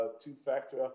two-factor